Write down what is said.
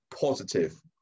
positive